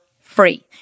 free